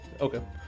Okay